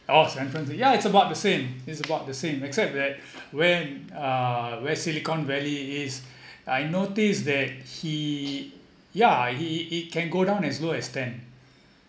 orh san francisco ya it's about the same it's about the same except that where uh where silicon valley is I noticed there he yeah it it can go down as low as ten